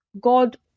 God